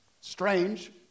strange